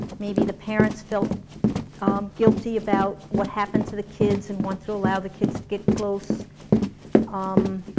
maybe the parents felt um guilty about what happened to the kids and want to allow the kids to get close um